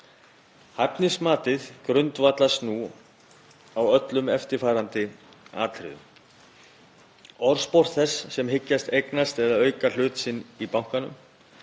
Hæfnismatið grundvallast nú á öllum eftirfarandi atriðum: Orðspor þess sem hyggst eignast eða auka hlut sinn í bankanum,